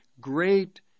great